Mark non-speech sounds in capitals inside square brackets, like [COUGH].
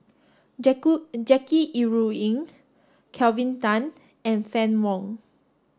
[UNINTELLIGIBLE] Jackie Yi Ru Ying Kelvin Tan and Fann Wong